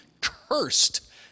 cursed